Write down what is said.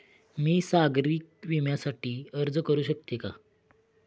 मी सागरी विम्यासाठी अर्ज करू शकते का?